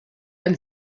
ein